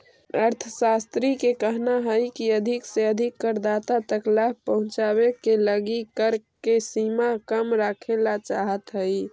अर्थशास्त्रि के कहना हई की अधिक से अधिक करदाता तक लाभ पहुंचावे के लगी कर के सीमा कम रखेला चाहत हई